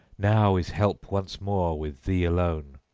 now is help once more with thee alone!